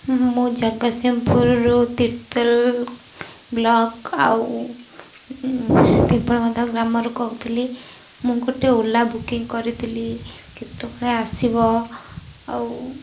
ମୁଁ ଜଗତସିଂହପୁରରୁ ତିର୍ତୋଲ ବ୍ଲକ୍ ଆଉ ପିମ୍ପଳବଧ ଗ୍ରାମରୁ କହୁଥିଲି ମୁଁ ଗୋଟେ ଓଲା ବୁକିଂ କରିଥିଲି କେତେବେଳେ ଆସିବ ଆଉ